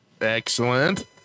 Excellent